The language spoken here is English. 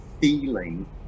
feeling